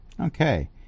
Okay